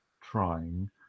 trying